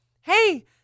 hey